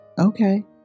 okay